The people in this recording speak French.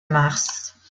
mars